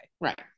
Right